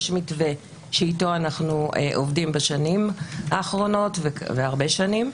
יש מתווה שאיתו אנחנו עובדים בשנים האחרונות והרבה שנים,